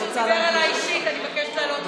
בגלל שהוא דיבר אליי אישית, אני מבקשת לעלות